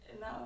No